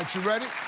you ready? ohhh.